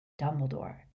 Dumbledore